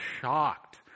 shocked